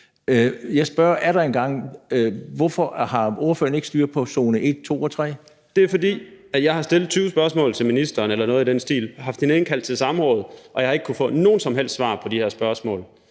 Ordføreren. Kl. 13:29 Christoffer Aagaard Melson (V): Det er, fordi jeg har stillet 20 spørgsmål til ministeren eller noget i den stil, haft hende indkaldt til samråd, og jeg har ikke kunnet få nogen som helst svar på de her spørgsmål.